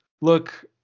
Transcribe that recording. look